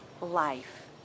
life